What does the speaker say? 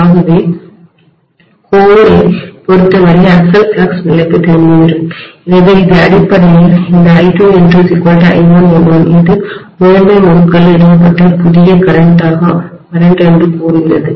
ஆகவே கோரை மையத்தைப் பொருத்தவரை அசல் ஃப்ளக்ஸ் நிலைக்குத் திரும்பி வருகிறோம் எனவே இது அடிப்படையில் இந்த I2N2 I1N1 இது முதன்மை முறுக்குகளில் நிறுவப்பட்ட புதிய மின்னோட்டம்கரண்ட் என்று கூறுகிறது